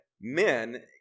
men